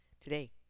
today